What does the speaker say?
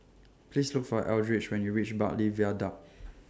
Please Look For Eldridge when YOU REACH Bartley Viaduct